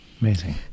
Amazing